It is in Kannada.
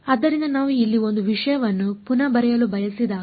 ಆದ್ದರಿಂದ ನಾವು ಇಲ್ಲಿ ಒಂದು ವಿಷಯವನ್ನು ಪುನಃ ಬರೆಯಲು ಬಯಸಿದಾಗ